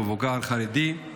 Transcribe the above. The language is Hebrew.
מבוגר חרדי.